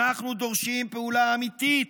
אנחנו דורשים פעולה אמיתית.